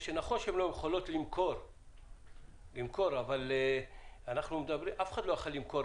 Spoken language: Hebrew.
נכון שהן לא יכולות למכור אבל אף אחד לא יכול היה למכור